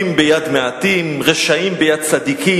השר מפריע לכם?